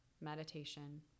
meditation